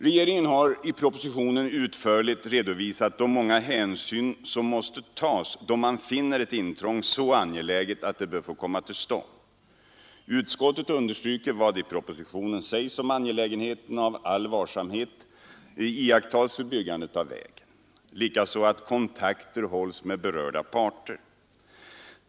Regeringen har i propositionen utförligt redovisat de många hänsyn som måste tas då man finner ett intrång så angeläget att det bör få komma till stånd. Utskottet understryker vad i propositionen sägs om angelägenheten av att all varsamhet iakttas vid byggandet av vägen, likaså att kontakter hålls med berörda parter.